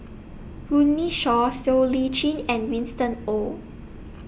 Runme Shaw Siow Lee Chin and Winston Oh